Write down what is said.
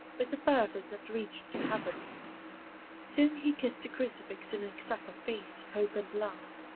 with a fervor that reached to heaven soon he kissed the crucifix in an excess of faith, hope and love.